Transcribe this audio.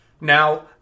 Now